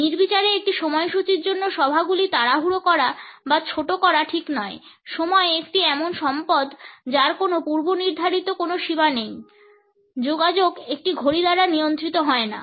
নির্বিচারে একটি সময়সূচীর জন্য সভাগুলি তাড়াহুড়ো করা বা ছোট করা ঠিক নয় সময় একটি এমন সম্পদ যার কোনো পূর্বনির্ধারিত কোনো সীমা নেই যোগাযোগ একটি ঘড়ি দ্বারা নিয়ন্ত্রিত হয়না